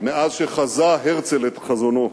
מאז חזה הרצל את חזונו.